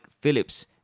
phillips